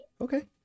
okay